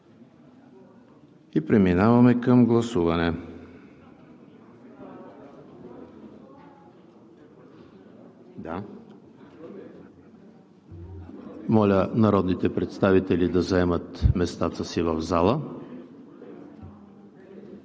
и преминаваме към гласуване. Моля, народните представители да заемат местата си в залата.